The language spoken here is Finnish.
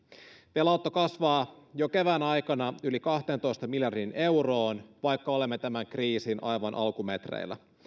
velanotto kasvaa jo kevään aikana yli kahteentoista miljardiin euroon vaikka olemme tämän kriisin aivan alkumetreillä